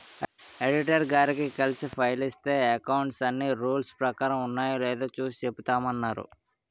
auditor గారిని కలిసి file ఇస్తే అకౌంట్స్ అన్నీ రూల్స్ ప్రకారం ఉన్నాయో లేదో చూసి చెబుతామన్నారు